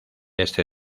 este